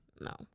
No